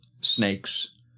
snakes